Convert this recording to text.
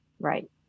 Right